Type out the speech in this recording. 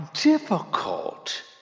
difficult